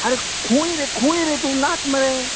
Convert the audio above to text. आरे खंय रे खंय रे तूं नात मरे